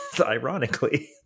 ironically